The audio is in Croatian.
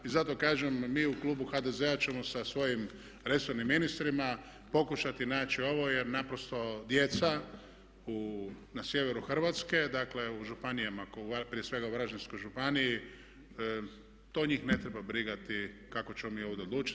Zato kažem mi u klubu HDZ-a ćemo sa svojim resornim ministrima pokušati naći ovo jer naprosto djeca na sjeveru Hrvatske, dakle u županijama, prije svega u Varaždinskoj županiji to njih ne treba brigati kako ćemo mi ovdje odlučiti.